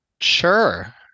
Sure